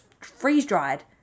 freeze-dried